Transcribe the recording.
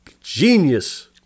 genius